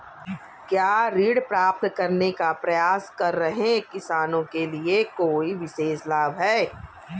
क्या ऋण प्राप्त करने का प्रयास कर रहे किसानों के लिए कोई विशेष लाभ हैं?